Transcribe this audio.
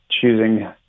choosing